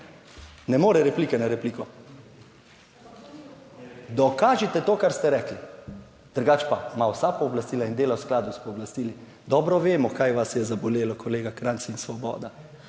ne more replike na repliko. Dokažite to, kar ste rekli! Drugače pa ima vsa pooblastila in dela v skladu s pooblastili. Dobro vemo kaj vas je zabolelo, kolega Krajnc in Svoboda.